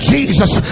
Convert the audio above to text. Jesus